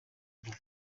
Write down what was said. birori